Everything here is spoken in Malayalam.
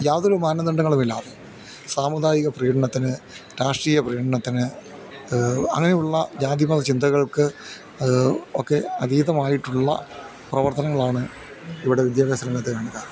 യാതൊരു മാനദണ്ഡങ്ങളും ഇല്ലാതെ സാമുദായിക പ്രീടനത്തിന് രാഷ്ട്രീയ പ്രീരണത്തിന് അങ്ങനെയുള്ള ജാതിമത ചിന്തകൾക്ക് ഒക്കെ അധീതമായിട്ടുള്ള പ്രവർത്തനങ്ങളാണ് ഇവിടെ വിദ്യാഭ്യാസ രംഗത്ത് കാണുക